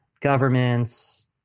governments